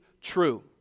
true